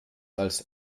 als